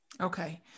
Okay